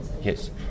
Yes